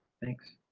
thanks